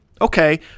okay